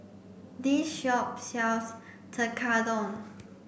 this shop sells Tekkadon